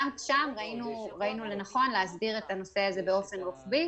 גם שם ראינו לנכון להסדיר את הנושא הזה באופן רוחבי.